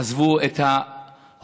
הם עזבו את ההורים,